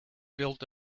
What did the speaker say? built